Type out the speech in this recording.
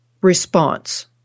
response